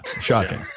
Shocking